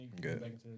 Good